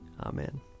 Amen